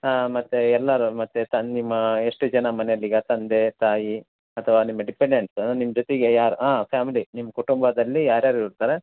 ಹಾಂ ಮತ್ತೆ ಎಲ್ಲರು ಮತ್ತೆ ತನ ನಿಮ್ಮ ಎಷ್ಟು ಜನ ಮನೆಯಲ್ಲಿ ಈಗ ತಂದೆ ತಾಯಿ ಅಥವಾ ನಿಮ್ಮ ಡಿಪೆಂಡೆಂಡ್ಸ್ ನಿಮ್ಮ ಜೊತೆಗೆ ಯಾರು ಹಾಂ ಫ್ಯಾಮಿಲಿ ನಿ್ಮ್ಮ ಕುಟುಂಬದಲ್ಲಿ ಯಾರು ಯಾರು ಇರ್ತಾರೆ